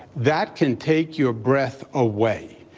that can take your breath away.